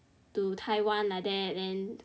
to Taiwan like that